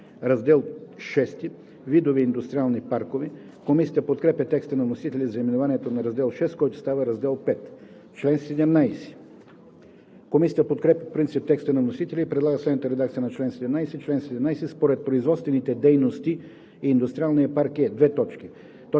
„Раздел VI – Видове индустриални паркове“. Комисията подкрепя текста на вносителя за наименованието на Раздел VI, който става Раздел V. Комисията подкрепя по принцип текста на вносителя и предлага следната редакция на чл. 17: „Чл. 17. Според производствените дейности индустриалният парк е: 1. тип А – общ,